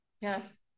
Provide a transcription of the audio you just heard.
yes